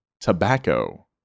tobacco